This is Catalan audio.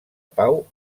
pau